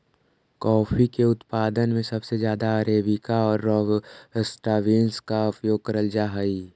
coffee के उत्पादन में सबसे ज्यादा अरेबिका और रॉबस्टा बींस का उपयोग करल जा हई